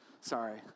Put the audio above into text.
Sorry